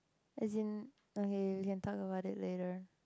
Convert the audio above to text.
as in okay you can talk about it later